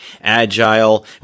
agile